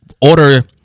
order